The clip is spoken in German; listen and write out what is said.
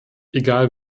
egal